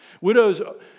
Widows